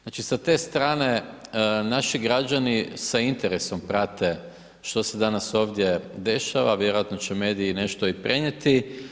Znači sa te strane naši građani sa interesom prate što se danas ovdje dešava, vjerojatno će mediji nešto i prenijeti.